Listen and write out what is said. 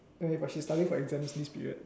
eh but she's studying for exams this period